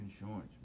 insurance